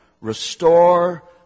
restore